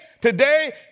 today